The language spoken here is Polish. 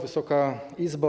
Wysoka Izbo!